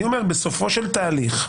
בסופו של תהליך,